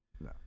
No